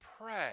Pray